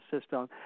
system